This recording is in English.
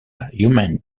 human